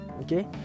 okay